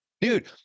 Dude